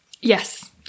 yes